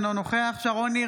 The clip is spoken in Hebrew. אינו נוכח שרון ניר,